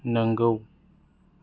नोंगौ